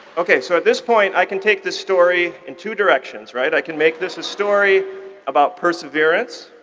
ok, so at this point, i can take this story in two directions, right? i can make this a story about perseverance,